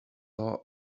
all